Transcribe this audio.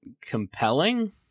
compelling